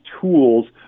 tools